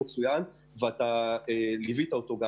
מצוין ושיושב-ראש הוועדה ליווה אותו.